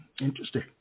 Interesting